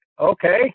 okay